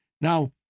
Now